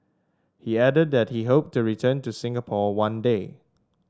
he added that he hoped to return to Singapore one day